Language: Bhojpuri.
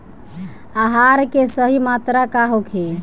आहार के सही मात्रा का होखे?